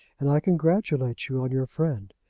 and i congratulate you on your friend.